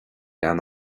leath